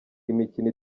imikino